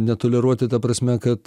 netoleruoti ta prasme kad